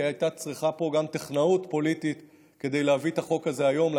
כי נדרשה פה גם טכנאות פוליטית כדי להביא את החוק הזה היום לכנסת.